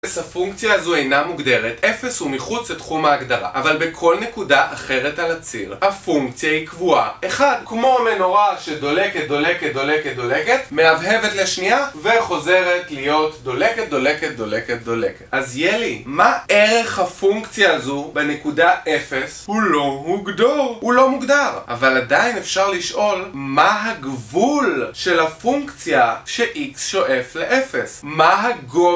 אז הפונקציה הזו אינה מוגדרת, אפס הוא מחוץ לתחום ההגדרה אבל בכל נקודה אחרת על הציר הפונקציה היא קבועה אחד כמו המנורה שדולקת דולקת דולקת דולקת מהבהבת לשנייה וחוזרת להיות דולקת דולקת דולקת דולקת אז ילי, מה ערך הפונקציה הזו בנקודה אפס? הוא לא מוגדר, הוא לא מוגדר אבל עדיין אפשר לשאול מה הגבול של הפונקציה שאיקס שואף לאפס מה הגבול של הפונקציה שאיקס שואף לאפס